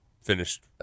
finished